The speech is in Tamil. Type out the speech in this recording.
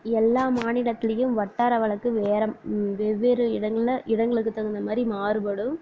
எல்லா மாநிலத்துலேயும் வட்டார வழக்கு வேறே வெவ்வேறு இடங்களில் இடங்களுக்கு தகுந்த மாதிரி மாறுபடும்